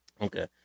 Okay